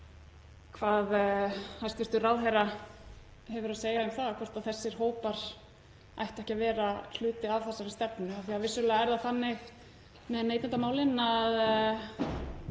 hvað hæstv. ráðherra hefur að segja um það, hvort þessir hópar ættu ekki að vera hluti af þessari stefnu. Vissulega er það þannig með neytendamálin að